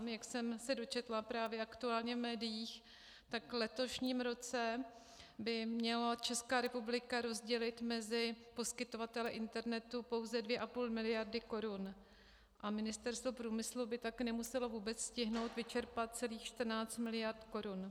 Jak jsem se dočetla právě aktuálně v médiích, tak v letošním roce by měla Česká republika rozdělit mezi poskytovatele internetu pouze 2,5 miliardy korun a Ministerstvo průmyslu by tak nemuselo vůbec stihnout vyčerpat celých 14 miliard korun.